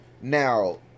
now